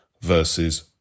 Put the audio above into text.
versus